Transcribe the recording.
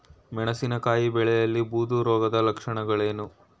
ಮೆಣಸಿನಕಾಯಿ ಬೆಳೆಯಲ್ಲಿ ಬೂದು ರೋಗದ ಲಕ್ಷಣಗಳೇನು?